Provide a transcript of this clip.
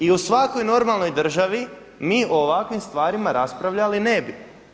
I u svakoj normalnoj državi mi o ovakvim stvarima raspravljali ne bi.